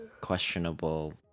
questionable